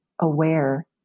aware